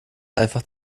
einfach